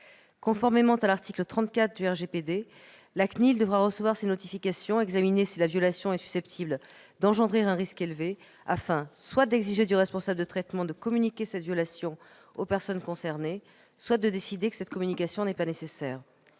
Conformément à l'article 34 du RGPD, la CNIL devra recevoir ces notifications et examiner si la violation est susceptible d'engendrer un risque élevé, afin soit d'exiger du responsable de traitement de communiquer cette violation aux personnes concernées, soit de décider que cette communication n'est pas nécessaire.